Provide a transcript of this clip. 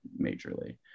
majorly